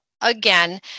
again